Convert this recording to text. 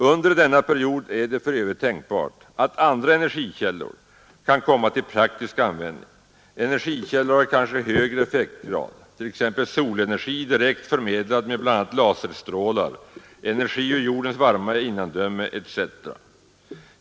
Under denna period är det för övrigt tänkbart att andra energikällor kan komma till praktisk användning — energikällor av kanske högre effektgrad, t.ex. solenergi direkt förmedlad med bl.a. laserstrålar, energi ur jordens varma innandöme etc.